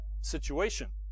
situation